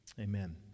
Amen